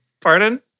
Pardon